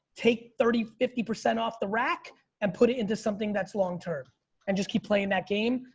take thirty, fifty percent off the rack and put it into something that's long term and just keep playing that game.